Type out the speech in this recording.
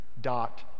dot